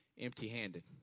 empty-handed